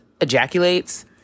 ejaculates